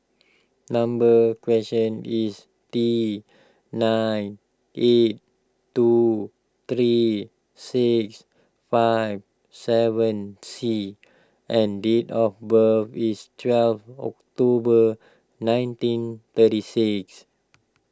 number is T nine eight two three six five seven C and date of birth is twelve October nineteen thirty six